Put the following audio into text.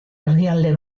herrialde